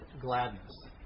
gladness